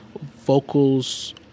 vocals